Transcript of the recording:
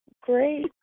Great